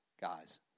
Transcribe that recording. guys